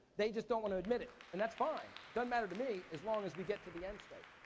they just don't want to admit it. and that's fine. doesn't matter to me as long as we get to the end state.